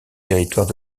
territoire